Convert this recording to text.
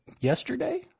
yesterday